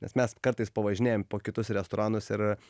nes mes kartais pavažinėjam po kitus restoranus ir